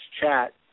chat